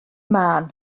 mân